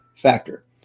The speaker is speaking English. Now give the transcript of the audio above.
factor